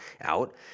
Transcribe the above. out